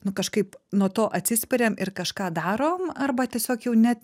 nu kažkaip nuo to atsispiriam ir kažką darom arba tiesiog jau net